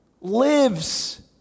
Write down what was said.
lives